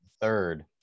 third